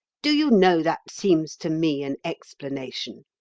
do you know that seems to me an explanation?